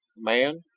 man?